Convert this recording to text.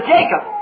Jacob